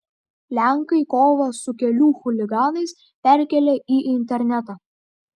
lenkai kovą su kelių chuliganais perkelia į internetą